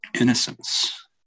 innocence